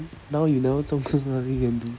now you never 中 also nothing you can do